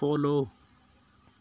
follow